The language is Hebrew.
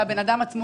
אלא הבן אדם עצמו